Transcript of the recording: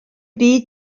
byd